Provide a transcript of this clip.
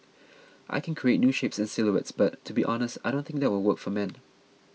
I can create new shapes and silhouettes but to be honest I don't think that will work for men